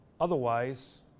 Otherwise